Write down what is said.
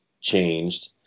changed